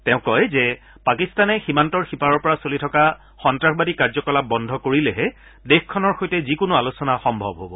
তেওঁ কয় যে পাকিস্তানে সীমান্তৰ সিপাৰৰ পৰা চলি থকা সন্নাসবাদী কাৰ্যকলাপ বন্ধ কৰিলেহে দেশখনৰ সৈতে যিকোনো আলোচনা সম্ভৱ হব